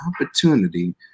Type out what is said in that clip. opportunity